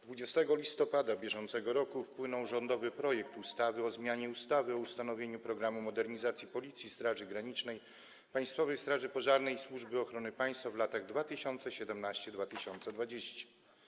20 listopada br. wpłynął rządowy projekt ustawy o zmianie ustawy o ustanowieniu „Programu modernizacji Policji, Straży Granicznej, Państwowej Straży Pożarnej i Służby Ochrony Państwa w latach 2017-2020”